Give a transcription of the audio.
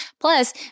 Plus